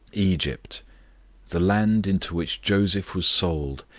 egypt the land into which joseph was sold,